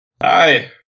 Hi